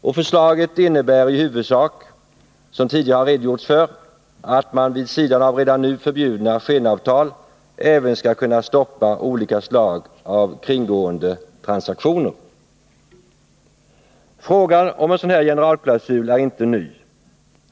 Det förslag som har framförts innebär i huvudsak, som tidigare har redogjorts för, att man vid sidan av redan nu förbjudna skenavtal, även skall kunna stoppa olika slag av kringgåendetransaktioner. Frågan om en sådan här generalklausul är inte ny.